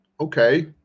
Okay